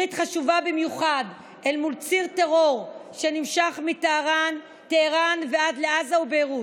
ברית חשובה במיוחד אל מול ציר טרור שנמשך מטהרן עד לעזה וביירות.